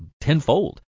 tenfold